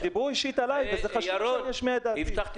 כי דיברו אישית עליי וחשוב שאשמיע את דעתי.